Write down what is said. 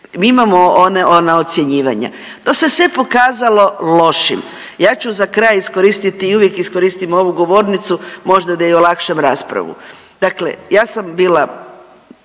Mi imamo ona ocjenjivanja, to se sve pokazalo lošim. Ja ću za kraj iskoristiti i uvijek iskoristim ovu govornicu možda da i olakšam raspravu. Dakle, ja sam bila